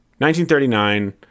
1939